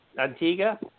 Antigua